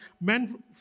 Men